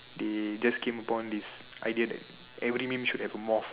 they just came upon this idea that every meme should have a moth